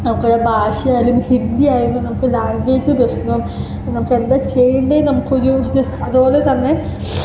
അവക്കടെ ഭാഷയായാലും ഹിന്ദിയായിരുന്നു നമുക്ക് ലാംഗ്വേജ് പ്രശ്നം നമുക്ക് എന്താ ചെയ്യേണ്ടേന്ന് നമുക്കൊരു ഇത് അതുപോലെ തന്നെ